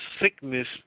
sickness